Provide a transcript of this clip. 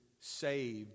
saved